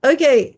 Okay